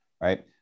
right